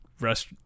rest